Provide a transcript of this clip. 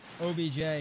OBJ